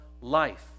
life